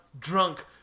drunk